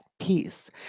peace